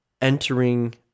entering